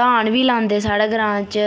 धान बी लांदे साढै़ ग्रांऽ च ते